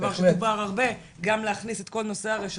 דבר שדובר הרבה, גם להכניס את כל נושא הרשתות,